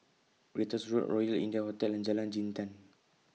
Ratus Road Royal India Hotel and Jalan Jintan